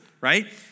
right